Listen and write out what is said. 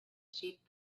sheep